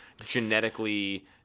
genetically